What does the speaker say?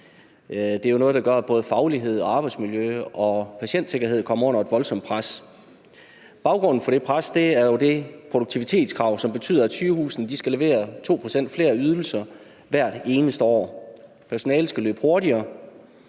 der gør, at både faglighed, arbejdsmiljø og patientsikkerhed kommer under et voldsomt pres. Baggrunden for det pres er jo det produktivitetskrav, som betyder, at sygehusene skal levere 2 pct. flere ydelser hvert eneste år. Personalet skal løbe hurtigere.